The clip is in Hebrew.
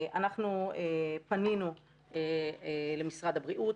אנחנו פנינו למשרד הבריאות,